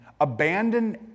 abandon